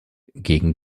gegen